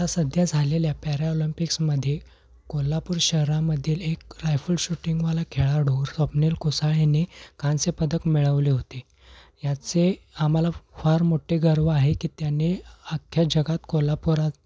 आता सध्या झालेल्या पॅऱ्याऑलिम्पिक्समध्ये कोल्हापूर शहरामधील एक रायफल शूटिंगवाला खेळाडू स्वप्नील कुसाळने कांस्य पदक मिळवले होते याचे आम्हाला फार मोठे गर्व आहे की त्याने अख्ख्या जगात कोल्हापुरात